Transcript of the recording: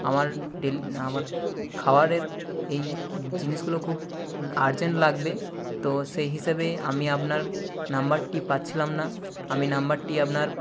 আমার ডেলি আমার খাওয়ারের এই জিনিসগুলো খুব আর্জেন্ট লাগবে তো সেই হিসেবে আমি আপনার নাম্বারটি পাচ্ছিলাম না আমি নাম্বারটি আপনার